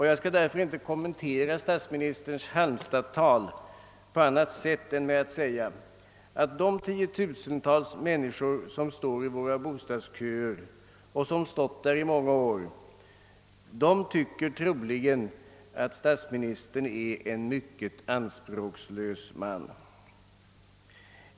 Jag skall därför inte kommentera statsministerns Halmstadstal på annat sätt än med att säga, att de 10 000-tals människor, som står i våra bostadsköer och som stått där i många år, troligen tycker att statsministern är en mycket anspråkslös man.